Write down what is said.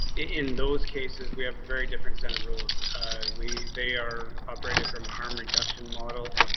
in those cases we have a very different set of rules we they are operated from harm reduction model